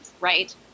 right